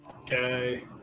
Okay